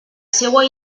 seua